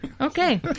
Okay